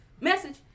Message